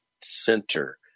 center